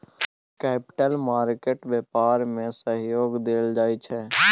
capital market व्यापार में सहयोग देल जाइ छै